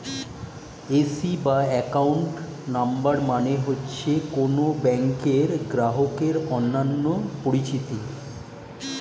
AC বা account number মানে হচ্ছে কোন ব্যাংকের গ্রাহকের অন্যান্য পরিচিতি